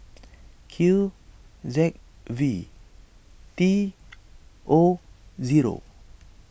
Q Z V T O zero